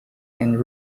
and